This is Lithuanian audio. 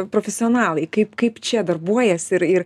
profesionalai kaip kaip čia darbuojasi ir ir